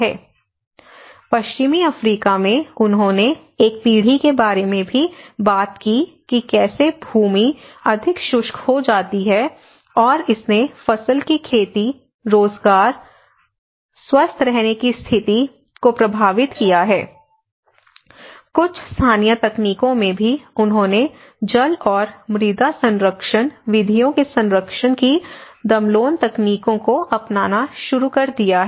video समाप्ति समय 3433 पश्चिमी अफ्रीका में उन्होंने एक पीढ़ी के बारे में भी बात की कि कैसे भूमि अधिक शुष्क हो जाती है और इसने फसल की खेती रोजगार स्वस्थ रहने की स्थिति को प्रभावित किया है कुछ स्थानीय तकनीकों में भी उन्होंने जल और मृदा संरक्षण विधियों के संरक्षण की दम्लोन तकनीकों को अपनाना शुरू कर दिया है